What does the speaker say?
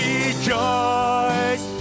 Rejoice